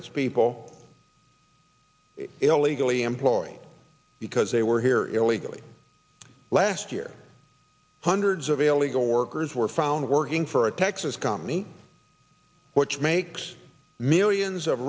its people illegally employed because they were here illegally last year hundreds of illegal workers were found working for a texas company which makes millions of